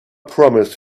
promised